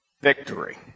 victory